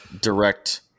direct